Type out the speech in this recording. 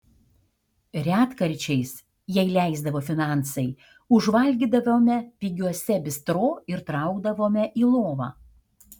retkarčiais jei leisdavo finansai užvalgydavome pigiuose bistro ir traukdavome į lovą